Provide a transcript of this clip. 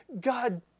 God